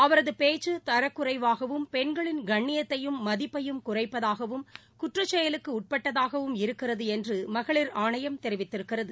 அவரது பேச்சு தரக்குறைவாகவும் பெண்களின் கண்ணியத்தையும் மதிப்பையும் குறைப்பதாகவும் குற்றச்செயலுக்கு உட்பட்டதாகவும் இருக்கிறது என்று மகளிர் ஆணையம் தெரிவித்திருக்கிறது